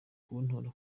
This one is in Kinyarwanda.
kuntora